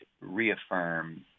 reaffirm